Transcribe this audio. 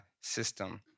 system